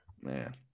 Man